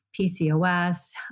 PCOS